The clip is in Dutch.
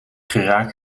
geraak